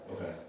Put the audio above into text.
Okay